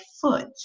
foot